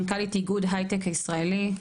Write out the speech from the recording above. מנכ"לית איגוד הייטק הישראלי.